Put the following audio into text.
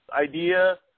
idea